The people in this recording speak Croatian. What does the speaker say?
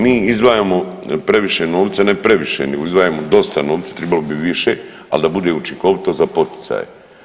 Mi izdvajamo previše novca, ne previše, nego izdvajamo dosta novca, tribalo bi više, ali da bude učinkovito za poticaje.